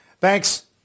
Thanks